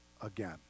again